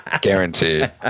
Guaranteed